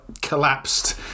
collapsed